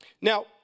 Now